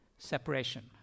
Separation